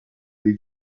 dei